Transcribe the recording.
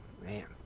man